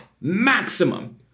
maximum